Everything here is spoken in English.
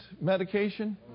medication